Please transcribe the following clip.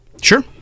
Sure